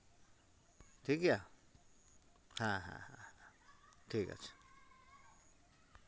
ᱴᱷᱤᱠᱜᱮᱭᱟ ᱦᱮᱸ ᱦᱮᱸ ᱦᱮᱸ ᱴᱷᱤᱠ ᱟᱪᱷᱮ